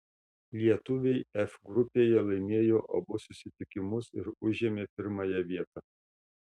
lietuviai f grupėje laimėjo abu susitikimus ir užėmė pirmąją vietą